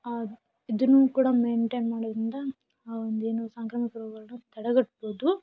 ಇದನ್ನೂ ಕೂಡ ಮೇಂಟೇನ್ ಮಾಡೋದರಿಂದ ಆ ಒಂದು ಏನು ಸಾಂಕ್ರಾಮಿಕ ರೋಗಗಳನ್ನ ತಡೆಗಟ್ಬೌದು